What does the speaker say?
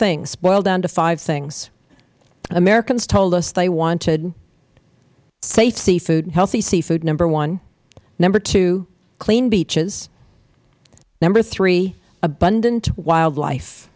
things it boiled down to five things americans told us they wanted safe seafood healthy seafood number one number two clean beaches number three abundant wildlife